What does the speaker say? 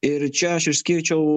ir čia aš išskirčiau